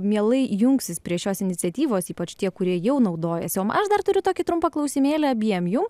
mielai jungsis prie šios iniciatyvos ypač tie kurie jau naudojasi o aš dar turiu tokį trumpą klausimėlį abiem jum